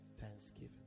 thanksgiving